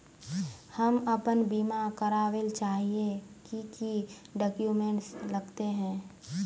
हम अपन बीमा करावेल चाहिए की की डक्यूमेंट्स लगते है?